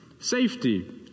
safety